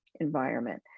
environment